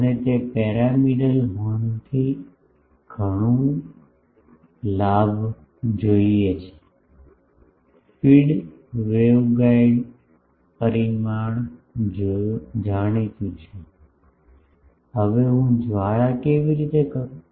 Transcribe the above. મને તે પિરામિડલ હોર્નથી ઘણું લાભ જોઈએ છે ફીડ વેગગાઇડ પરિમાણ જાણીતું છે હવે હું જ્વાળા કેવી રીતે કરું